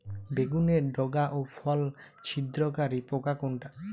বেগুনের ডগা ও ফল ছিদ্রকারী পোকা কোনটা?